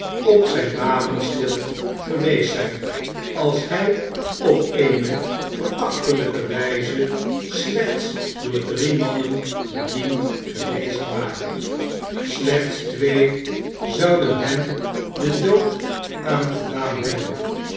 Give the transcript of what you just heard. op zijn wapenschild geweest zijn als hij op eene verachtelflke wijze slechts door drie mannen bediend geweest ware slechts twee zouden hem den dood aangedaan hebben